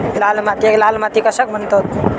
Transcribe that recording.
लाल मातीयेक लाल माती कशाक म्हणतत?